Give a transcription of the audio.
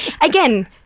Again